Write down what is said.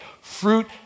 fruit